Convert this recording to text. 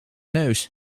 neus